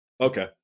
Okay